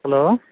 hello